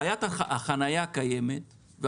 בעיית החנייה קיימת,